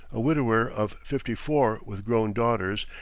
a widower of fifty-four with grown daughters,